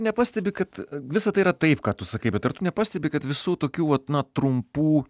nepastebi kad visa tai yra taip ką tu sakai bet ar tu nepastebi kad visų tokių vat na trumpų